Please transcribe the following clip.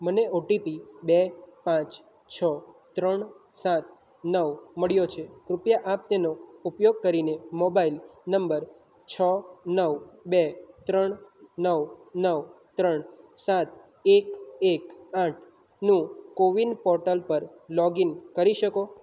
મને ઓટીપી બે પાંચ છો ત્રણ સાત નવ મળ્યો છે કૃપયા આપ તેનો ઉપયોગ કરીને મોબાઈલ નંબર છો નવ બે ત્રણ નવ નવ ત્રણ સાત એક એક આઠનું કોવિન પોર્ટલ પર લોગઈન કરી શકો